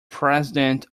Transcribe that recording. president